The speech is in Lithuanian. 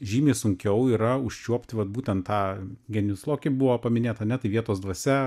žymiai sunkiau yra užčiuopti vat būtent tą genijus loki buvo paminėta a ne tai vietos dvasia